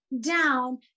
down